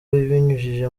abinyujije